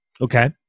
Okay